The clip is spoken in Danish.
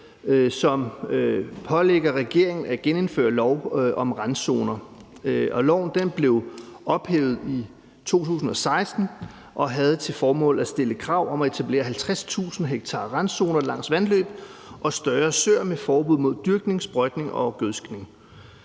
som pålægger regeringen at genindføre lov om randzoner. Loven blev ophævet i 2016 og havde til formål at stille krav om at etablere 50.000 ha randzoner langs vandløb og større søer med forbud mod dyrkning, sprøjtning og gødskning.